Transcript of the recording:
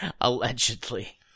Allegedly